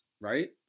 Right